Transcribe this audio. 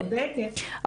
את צודקת,